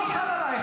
החוק לא חל עליי.